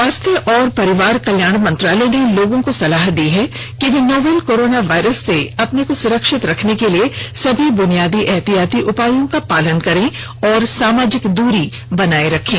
स्वास्थ्य और परिवार कल्याण मंत्रालय ने लोगों को सलाह दी है कि वे नोवल कोरोना वायरस से अपने को सुरक्षित रखने के लिए सभी ब्रुनियादी एहतियाती उपायों का पालन करें और सामाजिक दूरी बनाए रखें